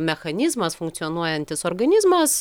mechanizmas funkcionuojantis organizmas